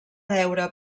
deure